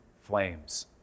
flames